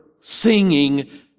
singing